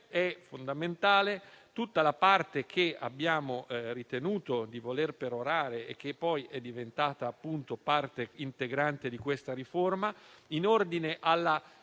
come lo è tutta la parte che abbiamo ritenuto di voler perorare e che poi è diventata parte integrante di questa riforma in ordine alla